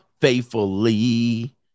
faithfully